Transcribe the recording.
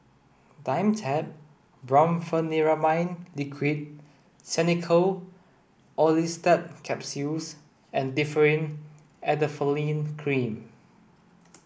Dimetapp Brompheniramine Liquid Xenical Orlistat Capsules and Differin Adapalene Cream